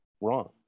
wrong